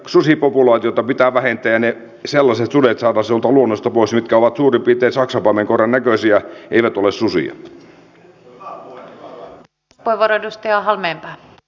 susipopulaatiota pitää vähentää ja sellaiset sudet saada luonnosta pois mitkä ovat suurin piirtein saksanpaimenkoiran näköisiä eivät ole susia